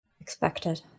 expected